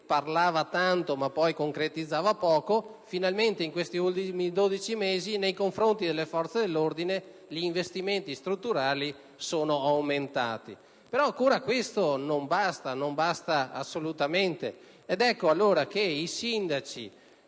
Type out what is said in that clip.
parlava tanto, ma concretizzava poco. Finalmente in questi ultimi dodici mesi nei confronti delle forze dell'ordine gli investimenti strutturali sono aumentati. Ma questo non basta assolutamente. Ecco allora che i sindaci,